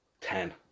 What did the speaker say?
Ten